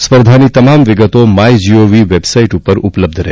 સ્પર્ધાની તમામ વિગતો માય જીઓવી વેબસાઈટ પર ઉપલબ્ધ રહેશે